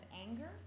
anger